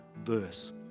verse